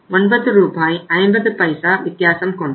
5 ரூபாய் வித்தியாசம் கொண்டது